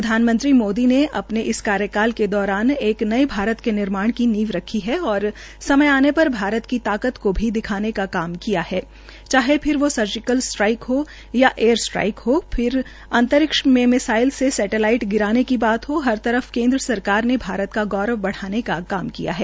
प्रधानमंत्री मोदी ने अपने इस कार्यकाल के दौरान एक नए भारत के निर्माण की नींव रखी है और समय आने पर भारत की ताकत को भी दिखाने का काम किया है चाहे फिर वह सर्जिकल व एयर स्ट्राईक हो या फिर अंतरिक्ष में मिसाइल से सैटेलाईट गिराने की बात हो हर तरफ केंद्र सरकार ने भारत का गौरव बढ़ाने का काम किया है